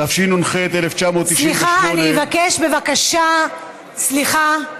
התשנ"ח 1998, סליחה, אבקש, בבקשה, סליחה,